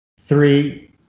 three –